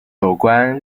有关